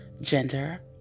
gender